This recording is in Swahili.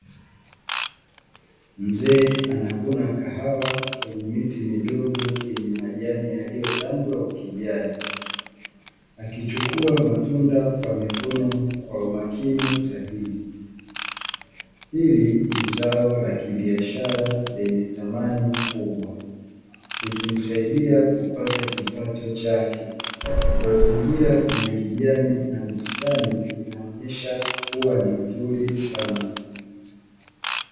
Mzee anavuna kahawa kwenye miti midogo yenye majani yaliyotandwa ukijani, akichukua matunda kwa mikono kwa umakini zaidi. Hili ni zao la kibiashara lenye thamani kubwa, likimsaidia kupata kipato chake. Mazingira ni ya kijani na bustani inaonesha kuwa ni nzuri sana.